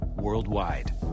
worldwide